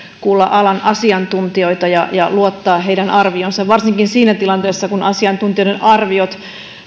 kuulla alan asiantuntijoita ja ja luottaa heidän arvioonsa varsinkin siinä tilanteessa kun asiantuntijoiden arviot